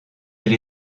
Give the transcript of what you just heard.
elle